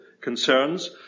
concerns